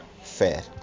fair